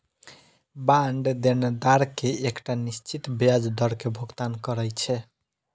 bond देनदार कें एकटा निश्चित ब्याज दर के भुगतान करै छै